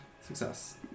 Success